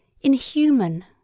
inhuman